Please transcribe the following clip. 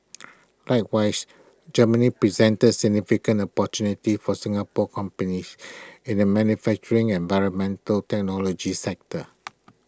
likewise Germany presents significant opportunities for Singapore companies in the manufacturing and environmental technology sectors